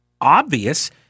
obvious